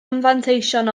anfanteision